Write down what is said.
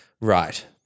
Right